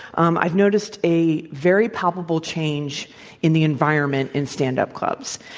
um i've noticed a very palpable change in the environment in stand-up clubs.